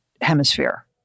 hemisphere